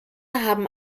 haben